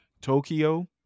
Tokyo